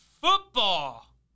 football